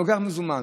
הוא לוקח מזומן.